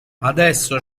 adesso